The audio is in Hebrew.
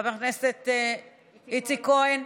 חבר הכנסת איציק כהן,